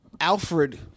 Alfred